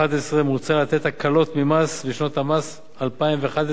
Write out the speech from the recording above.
מוצע לתת הקלות ממס בשנות המס 2011 2015